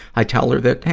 i tell her that, hey,